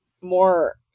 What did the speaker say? more